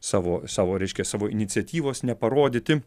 savo savo reiškia savo iniciatyvos neparodyti